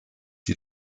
die